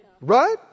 Right